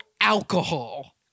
alcohol